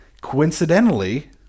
coincidentally